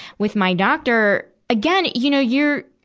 with my doctor again, you know, you're,